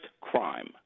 crime